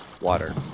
Water